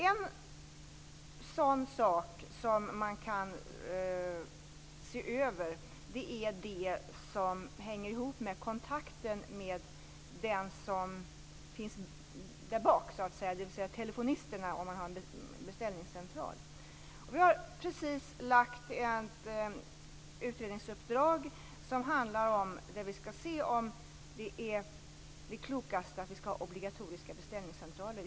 En sak som man kan se över är det som hänger ihop med kontakten med den som så att säga finns där bak, dvs. telefonisterna om man har en beställningscentral. Regeringen har precis lagt ut ett utredningsuppdrag som handlar om ifall det är det klokaste att ha obligatoriska beställningscentraler.